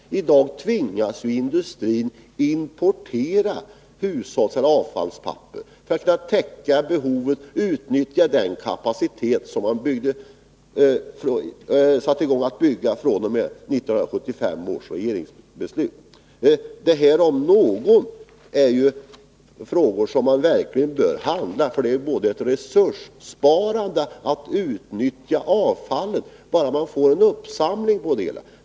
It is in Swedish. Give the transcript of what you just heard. I dag tvingas industrin importera hushållsoch avfallspapper för att kunna täcka behovet och för att utnyttja den kapacitet som man satte i gång att bygga för efter 1975 års regeringsbeslut. Detta om något är frågor som vi verkligen bör ta itu med. Det är resurssparande att utnyttja avfallet, om det görs en uppsamling av papperet.